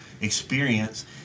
experience